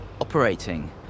operating